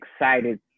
excited